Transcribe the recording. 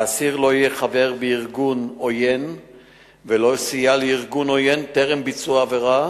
האסיר לא היה חבר בארגון עוין ולא סייע לארגון עוין טרם ביצוע העבירה